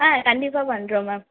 ஆ கண்டிப்பாக பண்ணுறோம் மேம்